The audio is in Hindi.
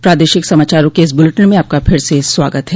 प्रादेशिक समाचारों के इस बुलेटिन में आपका फिर से स्वागत है